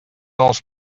dels